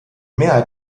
mehrheit